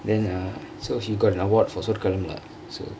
then err so he got an award for சொற்களம்:sorkalam lah so